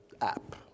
app